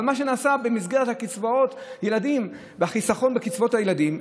אבל מה שנעשה במסגרת קצבאות ילדים והחיסכון בקצבאות הילדים,